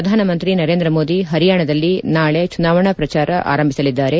ಪ್ರಧಾನಮಂತ್ರಿ ನರೇಂದ್ರ ಮೋದಿ ಹರಿಯಾಣದಲ್ಲಿ ನಾಳೆ ಚುನಾವಣಾ ಪ್ರಚಾರ ಆರಂಭಿಸಲಿದ್ದಾರೆ